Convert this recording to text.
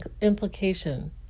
implication